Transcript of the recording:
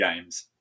games